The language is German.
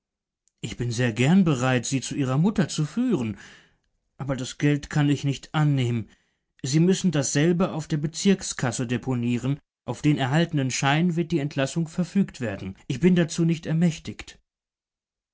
ich bin sehr gern bereit sie zu ihrer frau mutter zu führen aber das geld kann ich nicht annehmen sie müssen dasselbe auf der bezirkskasse deponieren auf den erhaltenen schein wird die entlassung verfügt werden ich bin dazu nicht ermächtigt